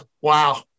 wow